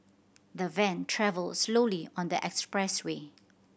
the van travelled slowly on the expressway